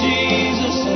Jesus